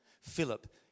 Philip